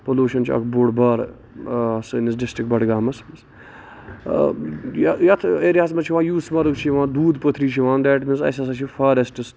pollution چھُ اکھ بوٚڑ بارٕ سٲنِس ڈِسٹرک بڈگامَس یَتھ ایریاہَس منٛز چھُ یِوان یوٗسمَرٕگ چھُ یِوان دوٗد پٔتھری چھُ یِوان ڈیٹ میٖنٕز اَسہِ ہسا چھِ ییٚیہِ فاریسٹٕز